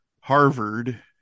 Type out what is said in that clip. Harvard